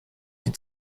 die